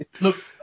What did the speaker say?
look